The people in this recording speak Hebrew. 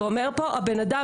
ואומר פה הבנאדם,